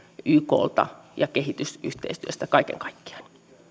yklta ja kehitysyhteistyöstä kaiken kaikkiaan